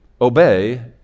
obey